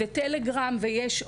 טלגרם ועוד.